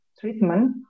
Treatment